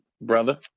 brother